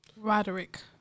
Roderick